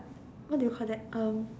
what do you call that um